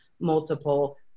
multiple